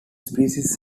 species